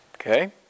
Okay